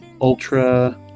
Ultra